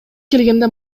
келгенде